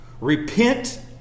repent